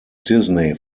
disney